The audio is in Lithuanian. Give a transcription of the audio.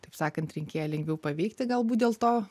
taip sakant rinkėją lengviau paveikti galbūt dėl to